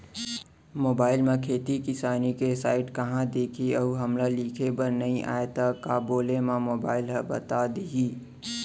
Mobile म खेती किसानी के साइट कहाँ दिखही अऊ हमला लिखेबर नई आय त का बोले म मोबाइल ह बता दिही?